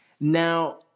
Now